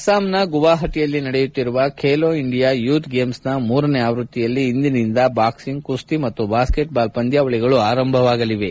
ಅಸ್ಸಾಂನ ಗುವಾಹಟಿಯಲ್ಲಿ ನಡೆಯುತ್ತಿರುವ ಖೇಲೋ ಇಂಡಿಯಾ ಯೂತ್ ಗೇಮ್ಸ್ನ ಮೂರನೇ ಆವೃತ್ತಿಯಲ್ಲಿ ಇಂದಿನಿಂದ ಬಾಕ್ಸಿಂಗ್ ಕುಸ್ತಿ ಮತ್ತು ಬಾಸ್ಕೆಟ್ ಬಾಲ್ ಪಂದ್ಯಾವಳಿಗಳು ಆರಂಭವಾಗಲಿವೆ